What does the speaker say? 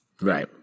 Right